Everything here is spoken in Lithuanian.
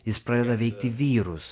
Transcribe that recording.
jis pradeda veikti vyrus